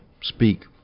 speak